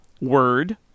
word